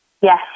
Yes